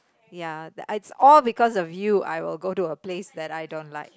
ya that's all because of you I will go to a place that I don't like